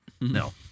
No